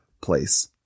place